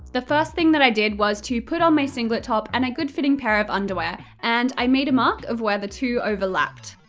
the first thing that i did was to put on my singlet top and good-fitting pair of underwear, and i made a mark of where the two overlapped.